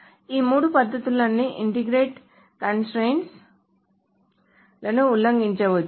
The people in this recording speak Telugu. ఈ మూడు పద్ధతులన్నీ ఇంటెగ్రిటీ కన్స్ట్రయిన్స్ లను ఉల్లంఘించగలవు